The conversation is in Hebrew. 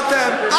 לא אתם.